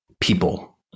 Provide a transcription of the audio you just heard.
people